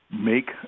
make